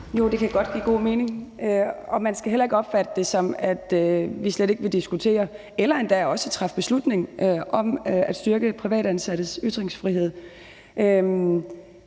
Jo, det kan godt give god mening. Man skal heller ikke opfatte det på den måde, at vi slet ikke vil diskutere det eller træffe beslutning om at styrke privatansattes ytringsfrihed.